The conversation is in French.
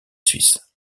suisse